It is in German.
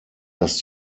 dass